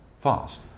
fast